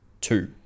two